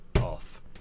off